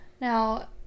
now